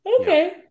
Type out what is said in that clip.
Okay